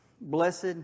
blessed